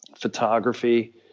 photography